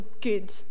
good